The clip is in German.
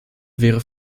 wäre